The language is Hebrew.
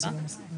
תציגי דקה.